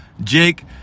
Jake